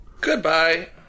Goodbye